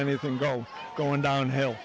anything go going downhill